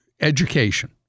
education